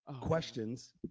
questions